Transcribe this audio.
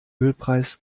ölpreis